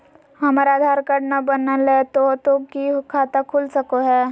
हमर आधार कार्ड न बनलै तो तो की खाता खुल सको है?